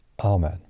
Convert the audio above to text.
Amen